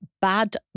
bad